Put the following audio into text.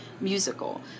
musical